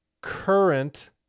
current